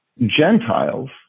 Gentiles